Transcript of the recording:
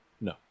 no